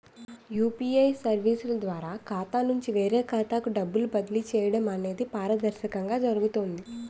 UPA సర్వీసుల ద్వారా ఖాతా నుంచి వేరే ఖాతాకు డబ్బులు బదిలీ చేయడం అనేది పారదర్శకంగా జరుగుతుంది